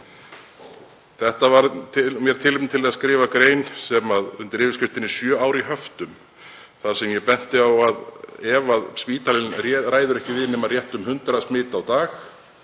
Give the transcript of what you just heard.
Þetta varð mér tilefni til að skrifa grein undir yfirskriftinni Sjö ár í höftum þar sem ég benti á að ef spítalinn ræður ekki við nema rétt um 100 smit á dag